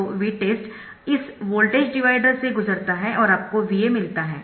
तो Vtest इस voltage divider से गुजरता है और आपको VA मिलता है